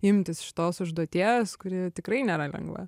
imtis šitos užduoties kuri tikrai nėra lengva